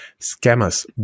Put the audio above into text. Scammers